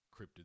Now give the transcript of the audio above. cryptid